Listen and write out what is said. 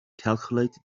calculated